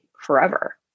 forever